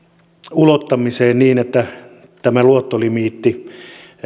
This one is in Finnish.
ulottamiseen niin että tämä luottolimiitti